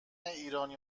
ایرانی